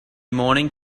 morning